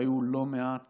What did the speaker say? והיו לא מעט